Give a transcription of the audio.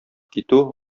китү